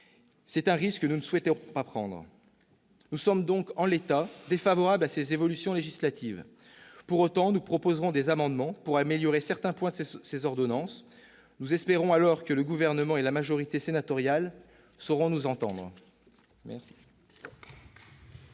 C'est un risque que nous ne souhaitons pas prendre. Nous sommes donc, en l'état, défavorables à ces évolutions législatives. Pour autant, nous proposerons des amendements pour améliorer certains points de ces ordonnances. Nous espérons alors que le Gouvernement et la majorité sénatoriale sauront nous entendre.